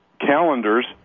calendars